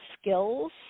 skills